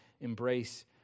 embrace